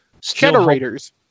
generators